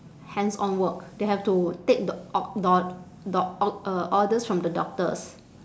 hands on work they have to take the or~ the or~ the or~ uh orders from the doctors